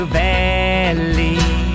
valley